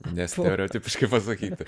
nestereotipiškai pasakyti